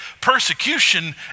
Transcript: persecution